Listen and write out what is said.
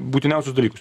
būtiniausius dalykus